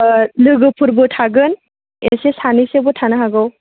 लोगोफोरबो थागोन एसे सानैसोबो थानो हागौ